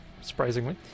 Surprisingly